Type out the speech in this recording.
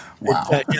Wow